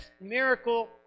miracle